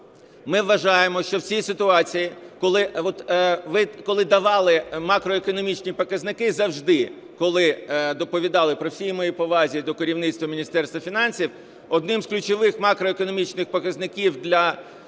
Ми вважаємо, що в цій ситуації, ви коли давали макроекономічні показники, завжди коли доповідали, при всій моїй повазі до керівництва Міністерства фінансів, одним з ключових макроекономічних показників для